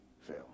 fail